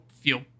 feel